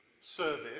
service